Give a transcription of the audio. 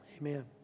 Amen